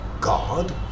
God